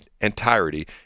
entirety